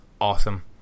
awesome